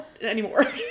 anymore